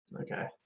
okay